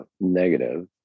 negative